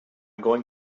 going